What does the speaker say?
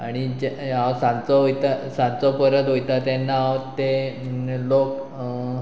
आनी जे हांव सांचो वयता सांचो परत वयता तेन्ना हांव ते लोक